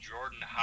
Jordan